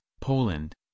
Poland